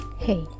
Hey